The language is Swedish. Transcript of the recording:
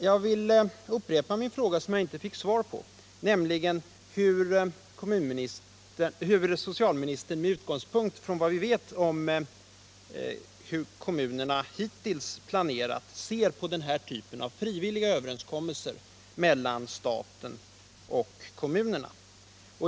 Jag vill upprepa min fråga — som jag inte fick svar pånämligen hur socialministern, med utgångspunkt i vad vi vet om hur kommunerna hittills planerat, ser på den här typen av frivilliga överenskommelser mellan staten och kommunerna.